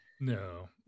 No